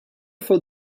for